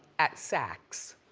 at saks